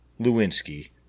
Lewinsky